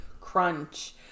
crunch